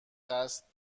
قصد